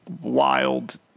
wild